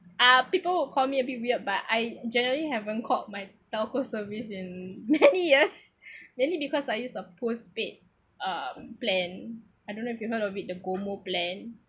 uh people would call me a bit weird but I generally haven't called my telco service in many years mainly because I use a postpaid uh plan I don't know if you heard of it the GOMO plan